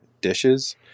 dishes